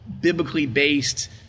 biblically-based